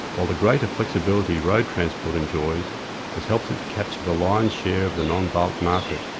while the greater flexibility road transport enjoys has helped it to capture the lion's share of the non-bulk market.